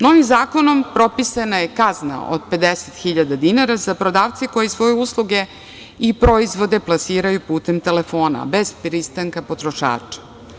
Novim zakonom propisana je kazna od 50.000 dinara za prodavce koji svoje usluge i proizvode plasiraju putem telefona, bez pristanka potrošača.